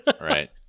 Right